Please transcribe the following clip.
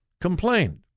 complained